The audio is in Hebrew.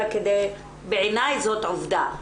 בעיניי זאת עובדה.